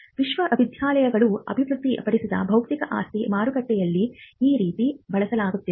ವಿಶ್ವವಿದ್ಯಾನಿಲಯಗಳು ಅಭಿವೃದ್ಧಿಪಡಿಸಿದ ಬೌದ್ಧಿಕ ಆಸ್ತಿ ಮಾರುಕಟ್ಟೆಯಲ್ಲಿ ಈ ರೀತಿ ಬೆಳೆಯುತ್ತಿದೆ